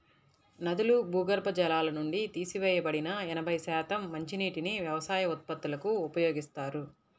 నదులు, భూగర్భ జలాల నుండి తీసివేయబడిన ఎనభై శాతం మంచినీటిని వ్యవసాయ ఉత్పత్తులకు ఉపయోగిస్తారు